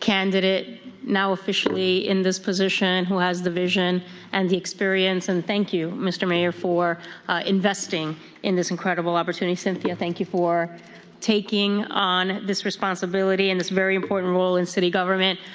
candidate now officially in this position, who has the vision and the experience. and thank you, mr. mayor, for investing in this incredible opportunity. cynthia, thank you for taking on this responsibility and this very important role in city government.